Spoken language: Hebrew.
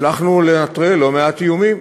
הצלחנו לנטרל לא מעט איומים,